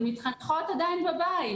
הן מתחנכות עדיין בבית.